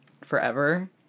forever